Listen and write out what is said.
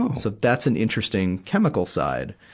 um so that's an interesting chemical side.